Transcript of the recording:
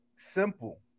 simple